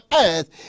earth